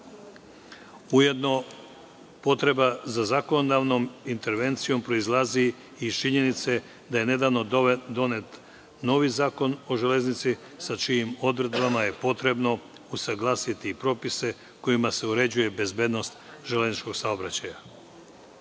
potreba za zakonodavnom intervencijom proizilazi iz činjenice da je nedavno donet novi Zakon o železnici sa čijim odredbama je potrebno usaglasiti i propise kojima se uređuje bezbednost železničkog saobraćaja.U